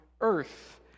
earth